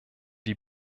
die